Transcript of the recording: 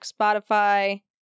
Spotify